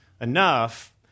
enough